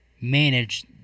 manage